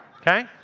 okay